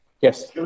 Yes